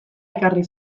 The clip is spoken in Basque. ekarri